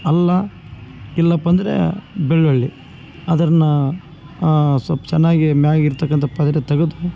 ಅಲ್ಲ ಇಲ್ಲಪ್ಪಂದರೆ ಬೆಳ್ಳುಳ್ಳಿ ಅದನ್ನು ಸೊಲ್ಪ್ ಚೆನ್ನಾಗಿ ಮ್ಯಾಗಿರ್ತಕ್ಕಂಥ ಪದ್ರು ತೆಗೆದು